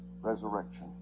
resurrection